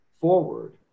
forward